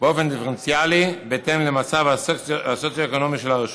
באופן דיפרנציאלי בהתאם למצב הסוציו-אקונומי של הרשות.